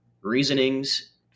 reasonings